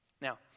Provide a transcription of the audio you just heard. Now